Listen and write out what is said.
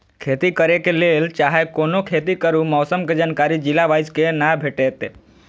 खेती करे के लेल चाहै कोनो खेती करू मौसम के जानकारी जिला वाईज के ना भेटेत?